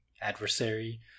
adversary